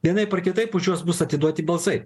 vienaip ar kitaip už juos bus atiduoti balsai